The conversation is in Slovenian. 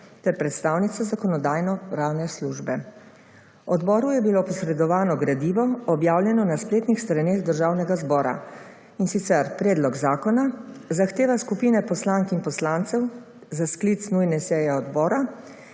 ter predstavnica Zakonodajno-pravne službe. Odbori je bilo posredovano gradivo, objavljeno na spletnih straneh Državnega zbora, in sicer predlog zakona, zahteva skupina poslank in poslancev za sklic nujne seje odbora,